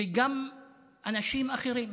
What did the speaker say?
וגם אנשים אחרים.